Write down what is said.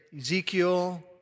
Ezekiel